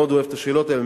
מאוד אוהב את השאלות האלה,